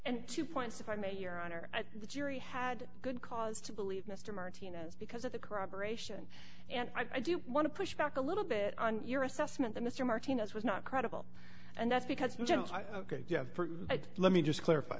and two points if i may your honor the jury had a good cause to believe mr martinez because of the corroboration and i do want to push back a little bit on your assessment that mr martinez was not credible and that's because let me just clarify